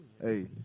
hey